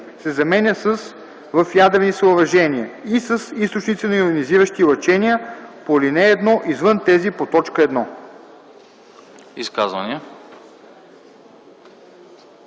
се заменят с „в ядрени съоръжения и с източници на йонизиращи лъчения по ал. 1, извън тези по т.